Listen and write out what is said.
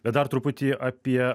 bet dar truputį apie